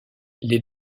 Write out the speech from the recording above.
les